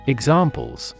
Examples